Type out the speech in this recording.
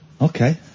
Okay